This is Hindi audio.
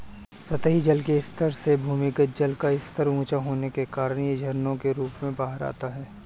सतही जल के स्तर से भूमिगत जल का स्तर ऊँचा होने के कारण यह झरनों के रूप में बाहर आता है